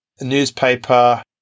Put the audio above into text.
newspaper